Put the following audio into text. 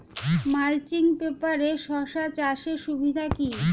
Mulching পেপারে শসা চাষের সুবিধা কি?